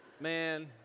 Man